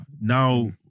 now